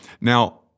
Now